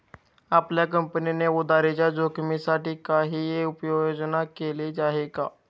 आपल्या कंपनीने उधारीच्या जोखिमीसाठी काही उपाययोजना केली आहे का?